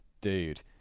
dude